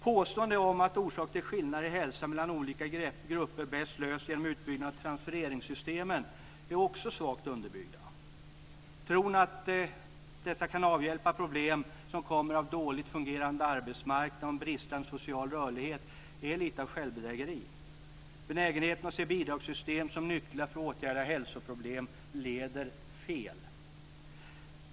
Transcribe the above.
Påståenden om att orsakerna till skillnader i hälsa mellan olika grupper bäst löses genom utbyggnad av transfereringssystemen är också svagt underbyggda. Tron att dessa kan avhjälpa problem som kommer av en dåligt fungerande arbetsmarknad och en bristande social rörlighet är lite av självbedrägeri. Benägenheten att se bidragssystem som nycklar för att åtgärda hälsoproblem leder fel.